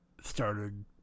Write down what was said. started